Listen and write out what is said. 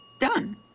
done